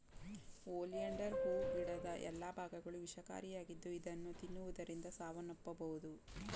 oleander ಹೂ ಗಿಡದ ಎಲ್ಲಾ ಭಾಗಗಳು ವಿಷಕಾರಿಯಾಗಿದ್ದು ಇದನ್ನು ತಿನ್ನುವುದರಿಂದ ಸಾವನ್ನಪ್ಪಬೋದು